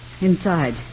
Inside